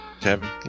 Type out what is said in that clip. Kevin